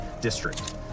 district